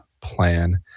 plan